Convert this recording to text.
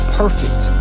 perfect